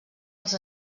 als